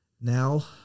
now